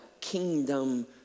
kingdom